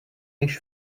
již